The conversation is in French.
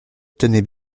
tenaient